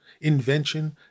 invention